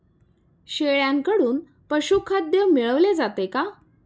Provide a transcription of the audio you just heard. शेळ्यांकडून पशुखाद्य मिळवले जाते का?